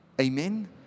Amen